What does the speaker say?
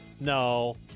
no